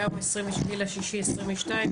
היום 27.6.22,